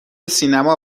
سینما